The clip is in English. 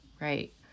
Right